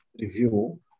review